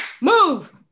Move